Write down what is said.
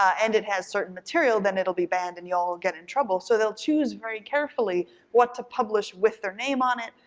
and it has certain material, then it'll be banned and you'll get in trouble. so they'll choose very carefully what to publish with their name on it,